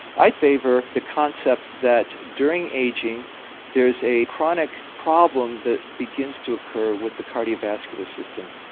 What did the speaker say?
i favour the concept that during ageing there is a chronic problem that begins to occur with the cardiovascular system.